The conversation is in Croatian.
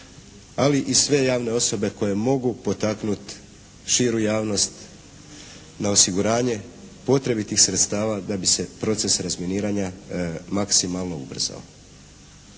ali i sve javne osobe koje mogu potaknuti širu javnost na osiguranje potrebitih sredstava da bi se proces razminiranja maksimalno ubrzao.